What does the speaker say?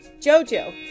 Jojo